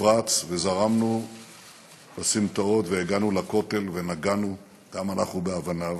נפרץ וזרמנו בסמטאות והגענו לכותל ונגענו גם אנחנו באבניו.